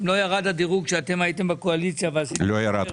אם לא ירד הדירוג כשאתם הייתם בקואליציה ועשיתם --- לא ירד,